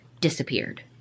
disappeared